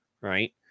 right